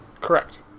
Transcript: Correct